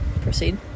Proceed